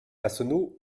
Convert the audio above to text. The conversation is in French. massonneau